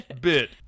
bit